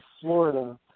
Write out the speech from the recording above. Florida